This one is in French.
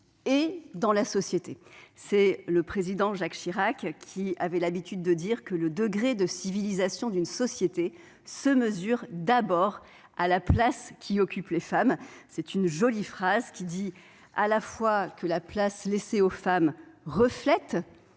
et dans la société. Le Président Jacques Chirac avait l'habitude de dire que le degré de civilisation d'une société se mesure à la place qu'y occupent les femmes. Cette jolie phrase signifie non seulement que la place laissée aux femmes reflète